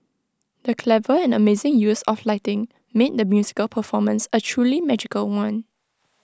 the clever and amazing use of lighting made the musical performance A truly magical one